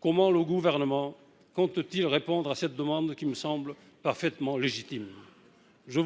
comment le Gouvernement compte t il répondre à cette demande, qui me semble parfaitement légitime ? La